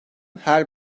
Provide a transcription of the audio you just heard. her